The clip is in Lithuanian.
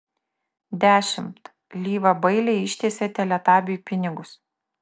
dešimt lyva bailiai ištiesė teletabiui pinigus